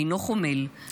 אינו חומל -- תודה רבה.